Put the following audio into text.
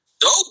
dope